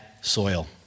soil